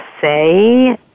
say